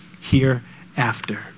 hereafter